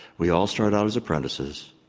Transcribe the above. we all start out as apprentices.